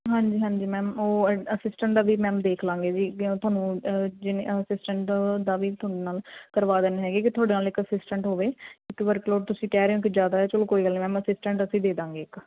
ਹਾਂਜੀ ਹਾਂਜੀ ਮੈਮ ਉਹ ਅ ਅਸਿਸਟੈਂਟ ਦਾ ਵੀ ਮੈਮ ਦੇਖ ਲਾਂਗੇ ਜੀ ਕਿਵੇਂ ਤੁਹਾਨੂੰ ਜਿਵੇਂ ਅਸਿਸਟੈਂਟ ਦਾ ਵੀ ਤੁਹਾਡੇ ਨਾਲ ਕਰਵਾ ਦੇਣਾ ਹੈਗੇ ਕਿ ਤੁਹਾਡੇ ਨਾਲ ਇੱਕ ਅਸਿਸਟੈਂਟ ਹੋਵੇ ਇੱਕ ਵਰਕ ਲੋਡ ਤੁਸੀਂ ਕਹਿ ਰਹੇ ਹੋ ਕਿ ਜ਼ਿਆਦਾ ਚੱਲੋ ਕੋਈ ਗੱਲ ਨਹੀਂ ਮੈਮ ਅਸਿਸਟੈਂਟ ਅਸੀਂ ਦੇ ਦਾਂਗੇ ਇੱਕ